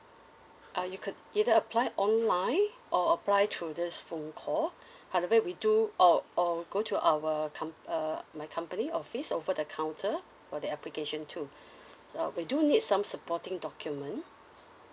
uh you could either apply online or apply through this phone call however we do or or go to our uh comp~ my company office over the counter for the application too uh we do need some supporting document